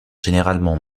généralement